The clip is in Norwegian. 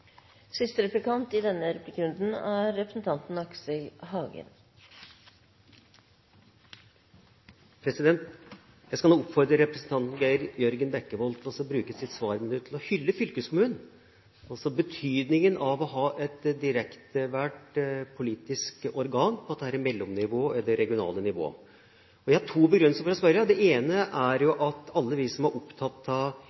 Jeg skal nå oppfordre representanten Geir Jørgen Bekkevold til å bruke sitt svarminutt til å hylle fylkeskommunen, betydningen av å ha et direkte valgt politisk organ på dette mellomnivået, på det regionale nivået. Jeg har to begrunnelser for å spørre. Det ene er at alle vi som er opptatt av